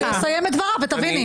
הוא יסיים את דבריו ותביני.